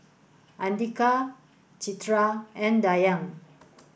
Andika Citra and Dayang